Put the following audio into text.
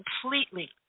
completely